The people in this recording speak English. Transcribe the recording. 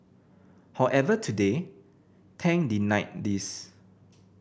however today Tang denied these